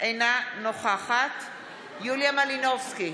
אינה נוכחת יוליה מלינובסקי